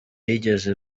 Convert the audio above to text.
yigeze